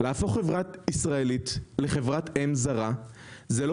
להפוך חברה ישראלית לחברת אם זרה זה לא